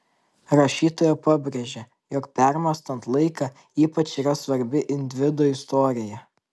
rašytoja pabrėžia jog permąstant laiką ypač yra svarbi individo istorija